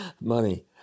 money